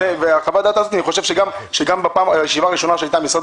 אני חושב שבישיבה הראשונה שהייתה עם משרד